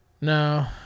No